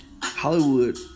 Hollywood